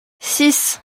six